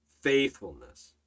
Faithfulness